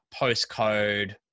postcode